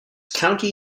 county